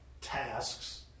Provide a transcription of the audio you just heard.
tasks